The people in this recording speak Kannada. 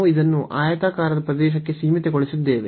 ನಾವು ಇದನ್ನು ಆಯತಾಕಾರದ ಪ್ರದೇಶಕ್ಕೆ ಸೀಮಿತಗೊಳಿಸಿದ್ದೇವೆ